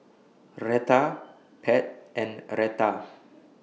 Rheta Pat and Retta